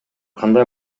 кандай